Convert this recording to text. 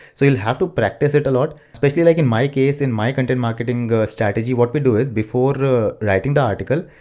so you'll have to practice it a lot. especially, like in my case in my content marketing strategy. what we do is, before ah writing the article,